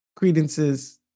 credences